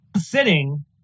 sitting